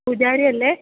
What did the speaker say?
പൂജാരിയല്ലേ